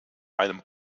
einem